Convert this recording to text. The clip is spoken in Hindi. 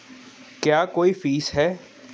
क्या कोई फीस है?